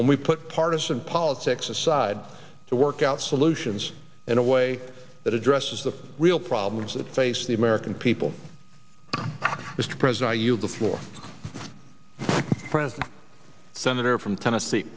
when we put partisan politics aside to work out solutions in a way that addresses the real problems that face the american people mr president you the floor present senator from tennessee